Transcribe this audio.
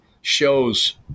shows